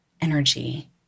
energy